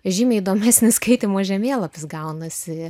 žymiai įdomesnis skaitymo žemėlapis gaunasi